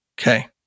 Okay